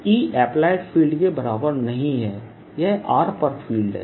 E applied field के बराबर नहीं है यह r पर फील्ड है